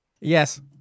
Yes